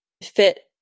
fit